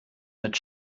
mit